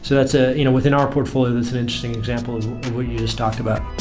so that's ah you know within our portfolio that's an interesting example of what you just talked about